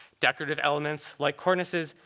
decorative elements like cornices,